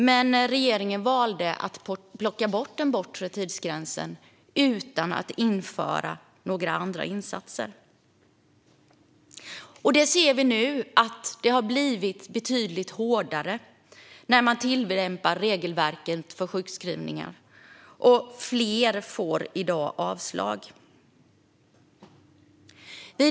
Men regeringen valde att plocka bort den bortre tidsgränsen utan att införa några andra insatser, och i dag ser vi att tillämpningen av regelverket för sjukskrivning har blivit betydligt hårdare och att fler får avslag.